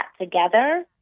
together